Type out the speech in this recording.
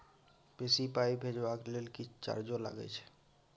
बेसी पाई भेजबाक लेल किछ चार्जो लागे छै?